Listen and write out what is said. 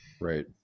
Right